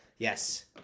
Yes